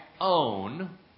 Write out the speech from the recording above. own